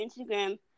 Instagram